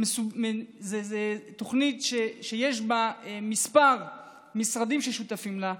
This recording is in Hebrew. זאת תוכנית שיש כמה משרדים ששותפים לה.